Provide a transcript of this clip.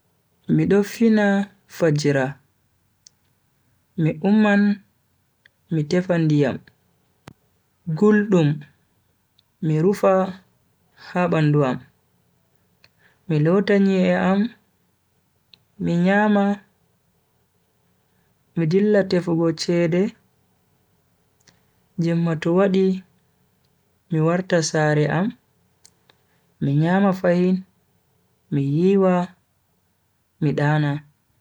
Mido fina fajiira, mi umman mi tefa ndiyam guldam mi rufa ha bandu am, mi lota nyi'e am, mi nyama, mi dilla tefugo cede, jemma to wadi mi warta sare am mi nyama fahin mi yiwa mi dana.